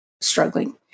struggling